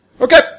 Okay